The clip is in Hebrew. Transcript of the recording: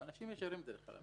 אנשים ישרים בדרך כלל.